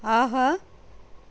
ஆஹா